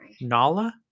Nala